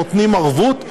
נותנים ערבות,